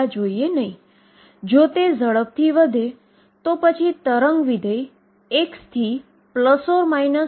હવે આપણે તેને હલ કરવા જઈ રહ્યા છીએ તે છે શ્રોડિંજરSchrödinger સમીકરણ અને જુઓ કે તે શું જવાબ આપે છે